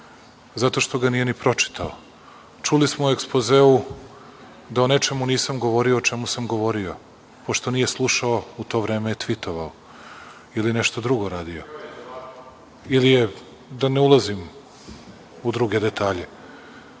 zato što ga nije ni pročitao. Čuli smo u ekspozeu da o nečemu nisam govorio o čemu sam govorio, pošto nije slušao u to vreme je tvitovao ili nešto drugo radio ili je, da ne ulazim u druge detalje. Sa